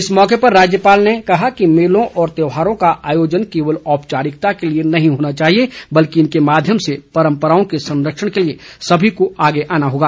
इस मौके पर राज्यपाल ने कहा कि मेलों और त्यौहारों का आयोजन केवल औपचारिकता के लिए नहीं होना चाहिए बल्कि इनके माध्यम से परम्पराओं के संरक्षण के लिए सभी को आगे आना चाहिए